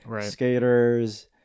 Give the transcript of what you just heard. skaters